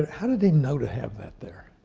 how did they know to have that there?